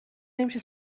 نمیشه